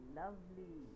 lovely